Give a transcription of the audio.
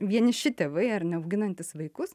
vieniši tėvai ar ne auginantys vaikus